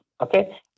Okay